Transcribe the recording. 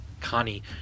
Connie